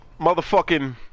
motherfucking